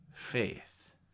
faith